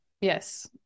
Yes